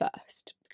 first